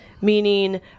meaning